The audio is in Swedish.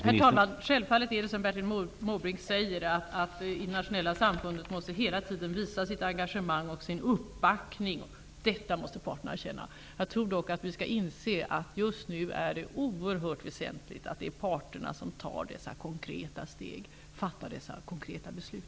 Herr talman! Självfallet är det så som Bertil Måbrink säger, att det internationella samfundet hela tiden måste visa sitt engagemang och sin uppbackning. Detta måste parterna känna. Jag tror dock att vi skall inse att det just nu är oerhört väsentligt att parterna tar dessa konkreta steg och fattar dessa konkreta beslut.